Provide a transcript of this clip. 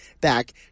back